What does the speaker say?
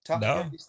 No